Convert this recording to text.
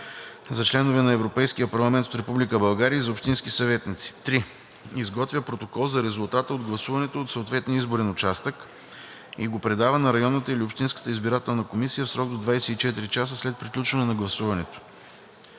за членове на Европейския парламент от Република България и за общински съветници; 3. изготвя протокол за резултата от гласуването от съответния изборен участък и го предава на районната или общинската избирателна комисия в срок до 24 часа след приключване на гласуването.